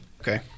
Okay